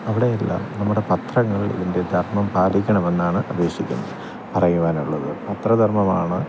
അവിടെ എല്ലാം നമ്മുടെ പത്രങ്ങൾ ഇതിൻ്റെ ധർമ്മം പാലിക്കണമെന്നാണ് അപേക്ഷിക്കുന്നത് പറയുവാനുള്ളത് പത്രധർമ്മമാണ്